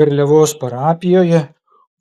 garliavos parapijoje